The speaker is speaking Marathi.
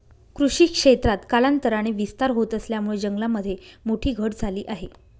कृषी क्षेत्रात कालांतराने विस्तार होत असल्यामुळे जंगलामध्ये मोठी घट झाली आहे